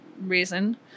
reason